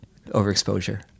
Overexposure